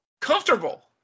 comfortable